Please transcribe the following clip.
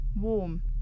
warm